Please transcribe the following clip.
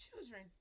children